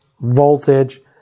voltage